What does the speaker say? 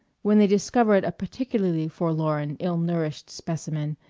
when they discovered a particularly forlorn, ill-nourished specimen,